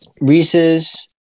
Reese's